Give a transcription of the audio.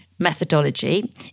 methodology